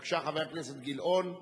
בבקשה, חבר הכנסת גילאון.